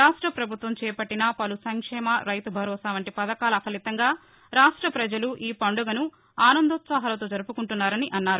రాష్ట ప్రభుత్వం చేపట్లిన పలు సంక్షేమ రైతు భరోసా వంటి పథకాల ఫలితంగా రాష్ట ప్రజలు ఈ పండుగను ఆనందోత్పాహాలతో జరుపుకుంటున్నారని అన్నారు